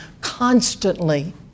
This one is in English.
constantly